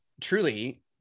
truly